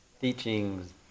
teachings